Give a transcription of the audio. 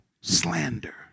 Slander